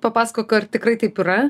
papasakok ar tikrai taip yra